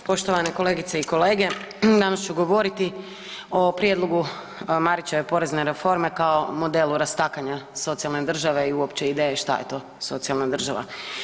Poštovane kolegice i kolege danas ću govoriti o prijedlogu Marićeve porezne reforme kao modelu rastakanja socijalne države i uopće ideje šta je to socijalna država.